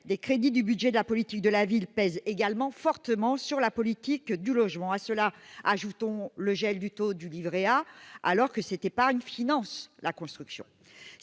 des crédits du budget de la politique de la ville, pèse également fortement sur la politique du logement à cela, ajoutons le gel du taux du Livret A, alors que c'était pas une finance la construction,